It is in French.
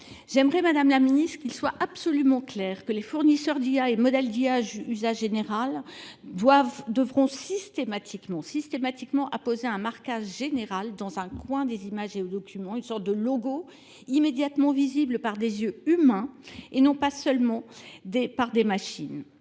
J'aimerais Madame la Ministre qu'il soit absolument clair que les fournisseurs d'IA et le modèle d'IA usage général doivent, devront systématiquement, systématiquement apposer un marquage général dans un coin des images et documents, une sorte de logo immédiatement visible par des yeux humains et non pas seulement par des machines.